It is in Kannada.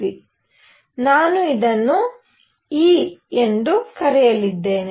ಇದನ್ನು ನಾನು e ಎಂದು ಕರೆಯಲಿದ್ದೇನೆ